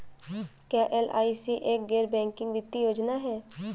क्या एल.आई.सी एक गैर बैंकिंग वित्तीय योजना है?